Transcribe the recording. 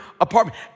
apartment